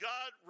God